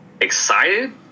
excited